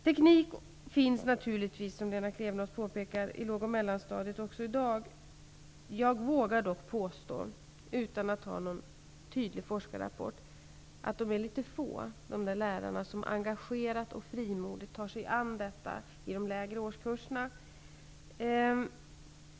Teknik finns naturligtvis också i dag, som Lena Klevenås påpekar, i låg och mellanstadiet. Jag vågar dock påstå -- utan någon tydlig forskarrapport -- att de lärare som engagerat och frimodigt tar sig an detta i de lägre årskurserna är få.